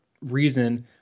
reason